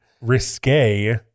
risque